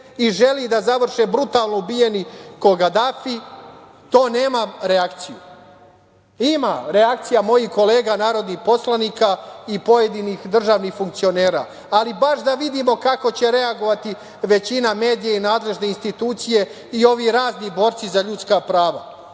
i želi da završe brutalno ubijeni kao Gadafi to neme reakciju. Ima reakcija mojih kolega narodnih poslanika i pojedinih državnih funkcionera, ali baš da vidimo kako će reagovati većina medija i nadležne institucije i ovi razni borci za ljudska prava. Čak